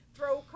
Throw